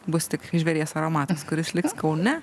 bus tik žvėries aromatas kuris liks kaune